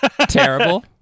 terrible